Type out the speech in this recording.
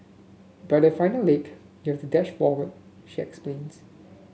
but at final leg you have dash forward she explains